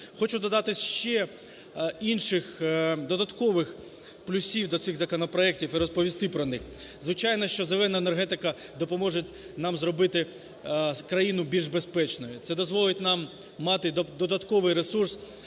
Хочу додати ще інших додаткових плюсів до цих законопроектів і розповісти про них. Звичайно, що зелена енергетика допоможе нам зробити країну більш безпечною. Це дозволить нам мати додатковий ресурс